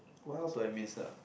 what else do I miss ah